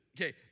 Okay